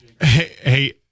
Hey